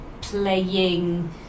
playing